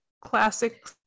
classic